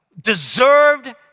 deserved